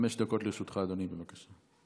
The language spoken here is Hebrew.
חמש דקות לרשותך, אדוני, בבקשה.